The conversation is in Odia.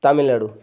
ତାମିଲନାଡ଼ୁ